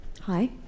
Hi